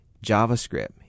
JavaScript